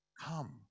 Come